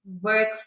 work